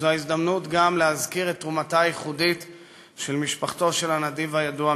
זאת ההזדמנות גם להזכיר את תרומתה הייחודית של משפחתו של הנדיב הידוע,